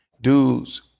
dudes